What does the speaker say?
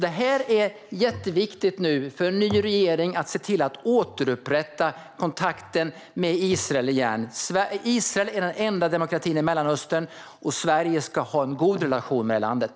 Det är jätteviktigt för en ny regering att se till att återupprätta kontakten med Israel. Israel är den enda demokratin i Mellanöstern, och Sverige ska ha en god relation med landet.